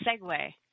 segue